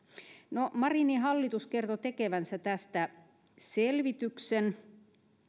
no marinin hallitus kertoi tekevänsä tästä selvityksen